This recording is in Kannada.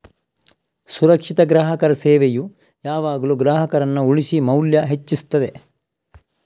ಸುರಕ್ಷಿತ ಗ್ರಾಹಕರ ಸೇವೆಯು ಯಾವಾಗ್ಲೂ ಗ್ರಾಹಕರನ್ನ ಉಳಿಸಿ ಮೌಲ್ಯ ಹೆಚ್ಚಿಸ್ತದೆ